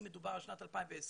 אם מדובר על שנת 2020,